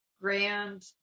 grand